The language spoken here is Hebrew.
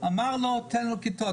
אמר לו: תן להם כיתות.